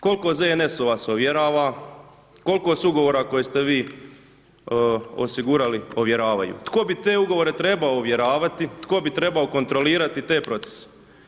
Koliko ZNS-ova se ovjerava, koliko se ugovora koje ste vi osigurali ovjeravaju, tko bi te ugovore trebao ovjeravati, tko bi trebao kontrolirati te procese?